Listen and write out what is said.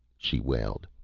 she wailed.